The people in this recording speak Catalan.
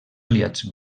aliats